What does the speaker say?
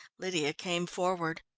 lydia came forward.